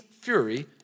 fury